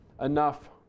enough